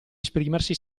esprimersi